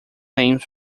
names